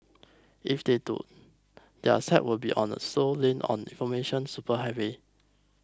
if they don't their site will be on the slow lane on information superhighway